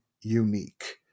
unique